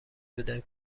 بودم